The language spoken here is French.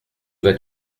vas